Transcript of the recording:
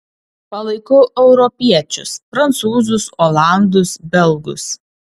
palaikau europiečius prancūzus olandus belgus